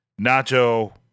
Nacho